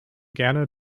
gerne